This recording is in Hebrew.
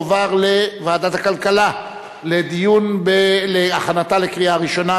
והיא תועבר לוועדת הכלכלה להכנתה לקריאה ראשונה.